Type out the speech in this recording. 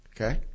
Okay